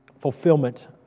fulfillment